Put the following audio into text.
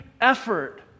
effort